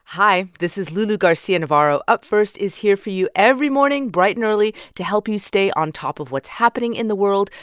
hi. this is lulu garcia-navarro. up first is here for you every morning, bright and early, to help you stay on top of what's happening in the world,